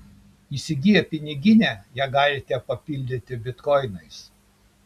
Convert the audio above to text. įsigiję piniginę ją galite papildyti bitkoinais